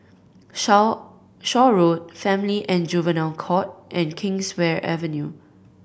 Shaw Shaw Road Family and Juvenile Court and Kingswear Avenue